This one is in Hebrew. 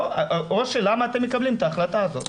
או למה אתם מקבלים את ההחלטה הזו?